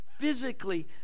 physically